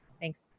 thanks